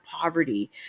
poverty